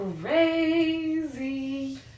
crazy